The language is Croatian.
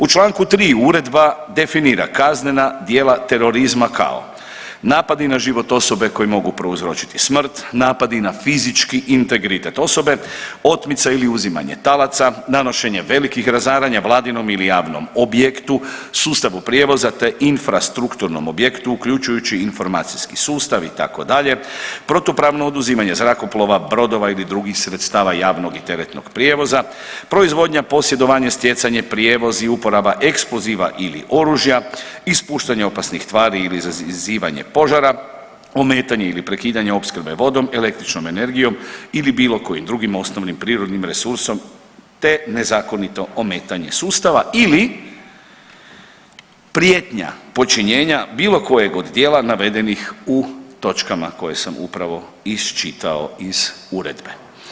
U čl. 3 Uredba definira kaznena djela terorizma kao, napadi na život osobe koji mogu prouzročiti smrt, napadi na fizički integritet osobe, otmica ili uzimanje talaca, nanošenje velikih razaranja Vladinom ili javnom objektu, sustavu prijevoza te infrastrukturnom objektu, uključujući informacijski sustav, itd., protupravno oduzimanje zrakoplova, brodova ili drugih sredstava javnog i teretnog prijevoza, proizvodnja, posjedovanje, stjecanje, prijevoz i uporaba eksploziva ili oružja, ispuštanje opasnih tvari ili izazivanje požara, ometanje ili prekidanje opskrbe vodom, električnom energijom ili bilo kojim drugim osnovnim prirodnim resursom te nezakonito ometanja sustava ili prijetnja počinjenja bilo kojeg od djela navedenih u točkama koje sam upravo iščitao iz Uredbe.